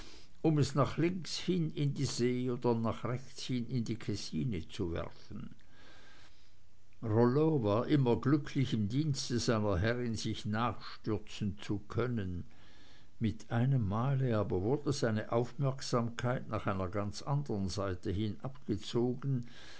um es nach links hin in die see oder nach rechts hin in die kessine zu werfen rollo war immer glücklich im dienste seiner herrin sich nachstürzen zu können mit einemmal aber wurde seine aufmerksamkeit nach einer ganz anderen seite hin abgezogen